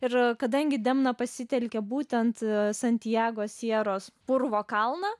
ir kadangi demoną pasitelkia būtent santjago sieros purvo kalną